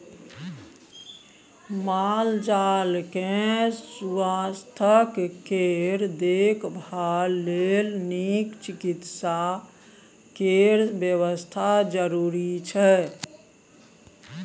माल जाल केँ सुआस्थ केर देखभाल लेल नीक चिकित्सा केर बेबस्था जरुरी छै